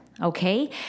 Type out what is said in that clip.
Okay